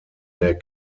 der